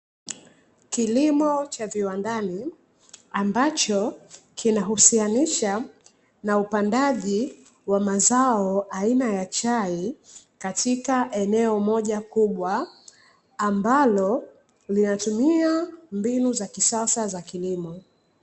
Kilimo cha viwandani ambacho kinahusianisha na upandaji wa mazao aina ya chai, katika eneo moja kubwa ambalo linatumia mbinu za kisasa za kilimo.